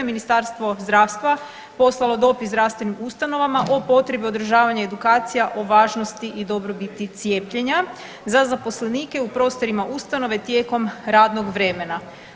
Ministarstvo zdravstva poslalo dopis zdravstvenim ustanovama o potrebi održavanja edukacija o važnosti i dobrobiti cijepljenja za zaposlenike u prostorima ustanove tijekom radnog vremena.